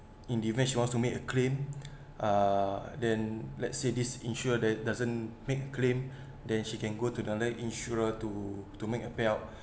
in the event she wants to make a claim uh then let's say this insurer that doesn't make claim then she can go to the insurer to to make a payout